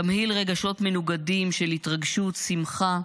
תמהיל רגשות מנוגדים של התרגשות, שמחה,